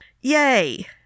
yay